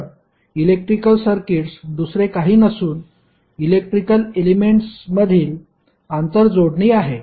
तर electrical circuits दुसरे काही नसुन इलेक्ट्रिकल एलिमेंट्स मधील आंतरजोडणी आहे